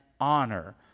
honor